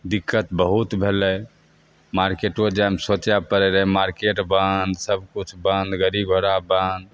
दिक्कत बहुत भेलै मार्केटो जाय मे सोचे पड़ै रहै मार्केट बन्द सब किछु बन्द गड़ी घोड़ा बन्द